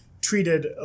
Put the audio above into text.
treated